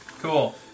Cool